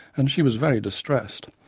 and she was very distressed.